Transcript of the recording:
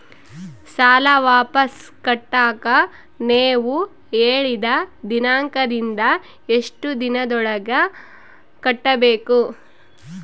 ಸಾಲ ವಾಪಸ್ ಕಟ್ಟಕ ನೇವು ಹೇಳಿದ ದಿನಾಂಕದಿಂದ ಎಷ್ಟು ದಿನದೊಳಗ ಕಟ್ಟಬೇಕು?